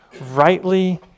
Rightly